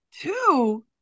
Two